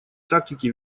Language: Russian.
тактики